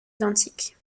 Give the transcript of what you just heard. identiques